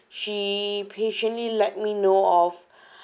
she patiently let me know of